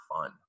fun